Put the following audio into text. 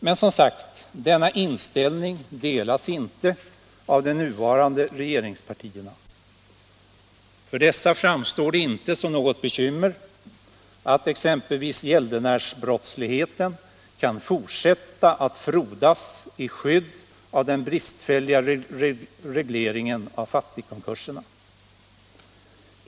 Men, som sagt, denna inställning delas inte av de nuvarande regeringspartierna. För dessa framstår det inte som något bekymmer att exempelvis gäldenärsbrottsligheten kan fortsätta att frodas i skydd av den bristfälliga regleringen av fattigkonkurserna.